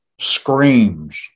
screams